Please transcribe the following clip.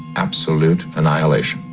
absolute annihilation.